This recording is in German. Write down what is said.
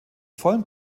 vollem